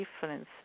difference